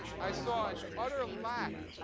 i saw an utter lack,